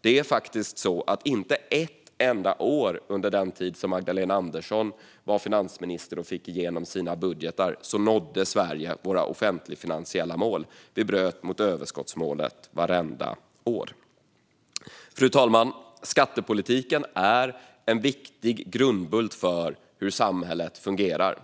Det är faktiskt så att Sverige inte nådde sina offentligfinansiella mål under ett enda år under den tid som Magdalena Andersson var finansminister och fick igenom sina budgetar. Vi bröt mot överskottsmålet vartenda år. Fru talman! Skattepolitiken är en viktig grundbult för hur samhället fungerar,